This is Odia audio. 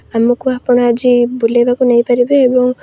ଆମକୁ ଆପଣ ଆଜି ବୁଲାଇବାକୁ ନେଇପାରିବେ ଏବଂ